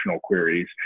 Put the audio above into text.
queries